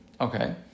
Okay